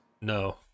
No